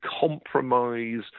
compromise